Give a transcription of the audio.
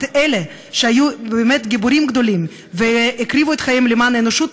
אלה שהיו באמת גיבורים גדולים והקריבו את חייהם למען האנושות,